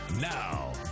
now